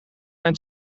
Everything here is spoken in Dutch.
mijn